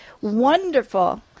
wonderful